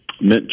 mint